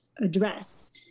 address